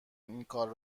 اینکار